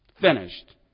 finished